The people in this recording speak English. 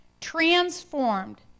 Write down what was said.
transformed